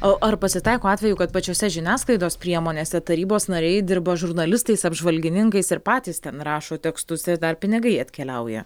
o ar pasitaiko atvejų kad pačiose žiniasklaidos priemonėse tarybos nariai dirba žurnalistais apžvalgininkais ir patys ten rašo tekstus ir dar pinigai atkeliauja